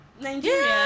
Nigeria